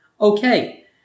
Okay